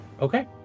Okay